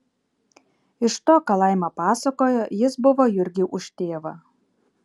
iš to ką laima pasakojo jis buvo jurgiui už tėvą